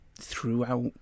throughout